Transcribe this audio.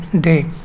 day